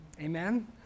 Amen